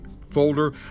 folder